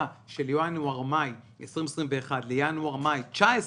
של ינואר-מאי 20-21 לינואר-מאי 19,